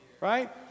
right